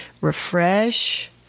refresh